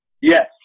Yes